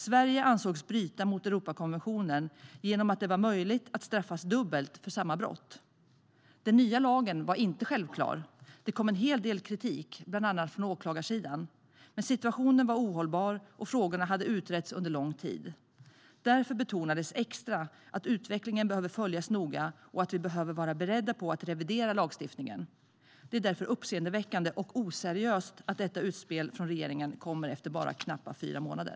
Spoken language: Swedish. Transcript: Sverige ansågs bryta mot Europakonventionen genom att det var möjligt att straffas dubbelt för samma brott. Den nya lagen var inte självklar. Det kom en hel del kritik, bland annat från åklagarsidan. Men situationen var ohållbar, och frågorna hade utretts under lång tid. Därför betonades det extra att utvecklingen behöver följas noga och att vi behöver vara beredda på att revidera lagstiftningen. Det är därför uppseendeväckande och oseriöst att detta utspel från regeringen kommer efter bara knappt fyra månader.